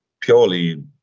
purely